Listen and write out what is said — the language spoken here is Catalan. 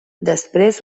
després